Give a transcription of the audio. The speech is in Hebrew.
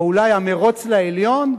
או אולי "המירוץ לעליון"?